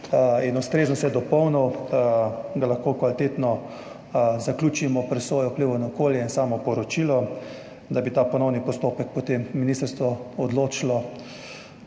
in ustrezno vse dopolnil, da lahko kvalitetno zaključimo presojo vplivov na okolje in samo poročilo, o tem ponovnem postopku potem ministrstvo odločilo,